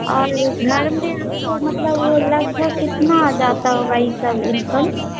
और घर में आपको मतलब लगभग कितना आ जाता होगा इन सब इन्कम